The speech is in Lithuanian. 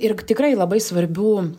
ir tikrai labai svarbių